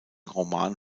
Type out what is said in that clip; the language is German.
roman